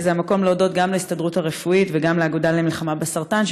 זה המקום להודות גם להסתדרות הרפואית וגם לאגודה למלחמה בסרטן,